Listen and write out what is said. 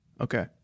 Okay